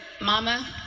mama